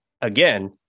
Again